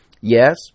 Yes